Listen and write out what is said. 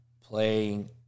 playing